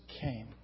came